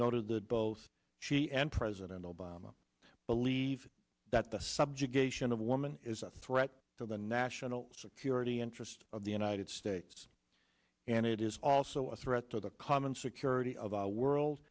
noted that both she and president obama believe that the subjugation of woman is a threat to the national security interest of the united states and it is also a threat to the common security of our world